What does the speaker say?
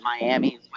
Miami